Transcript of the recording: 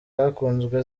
zakunzwe